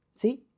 See